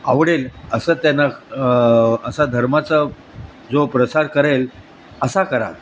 आवडेल असं त्यांना असा धर्माचा जो प्रसार करेल असा करा